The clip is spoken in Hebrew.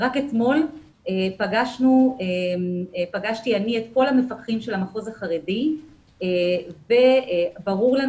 רק אתמול פגשתי את כל המפקחים של המחוז החרדי וברור לנו